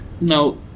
Now